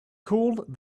cooled